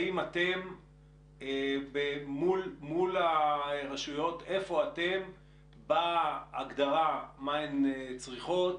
איפה אתם מול הרשויות בהגדרה מה הן צריכות,